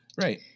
Right